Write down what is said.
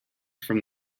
from